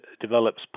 develops